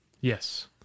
Yes